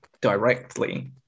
directly